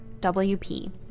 WP